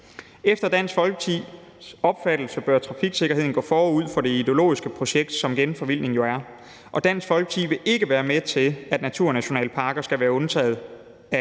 Efter Dansk Folkepartis opfattelse bør trafiksikkerheden gå forud for det ideologiske projekt, som genforvildning jo er, og Dansk Folkeparti vil ikke være med til, at naturnationalparker skal være undtaget af